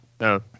No